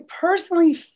personally